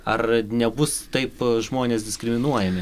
ar nebus taip žmonės diskriminuojami